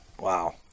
Wow